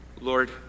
Lord